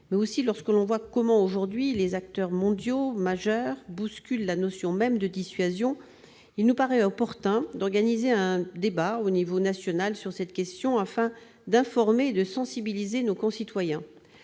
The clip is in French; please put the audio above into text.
mais aussi lorsque l'on voit comment, aujourd'hui, des acteurs mondiaux majeurs bousculent la notion même de dissuasion, il nous paraît opportun d'organiser un débat au niveau national sur cette question, afin d'informer et de sensibiliser nos concitoyens.